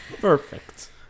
Perfect